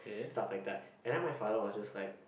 stuff like that and then my father was just like